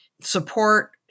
support